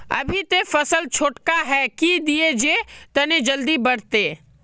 अभी ते फसल छोटका है की दिये जे तने जल्दी बढ़ते?